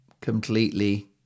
completely